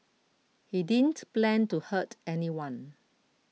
he didn't plan to hurt anyone